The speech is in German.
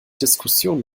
diskussion